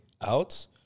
out